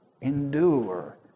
endure